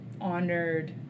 honored